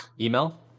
email